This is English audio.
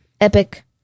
Epic